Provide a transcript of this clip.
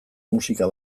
musika